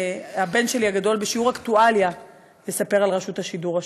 הבן הגדול שלי יספר בשיעור אקטואליה על רשות השידור השבוע.